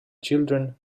children